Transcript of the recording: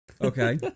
Okay